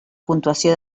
puntuació